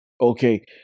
Okay